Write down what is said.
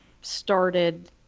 started